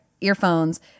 earphones